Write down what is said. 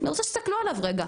אני רוצה שתסתכלו עליו רגע,